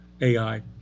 AI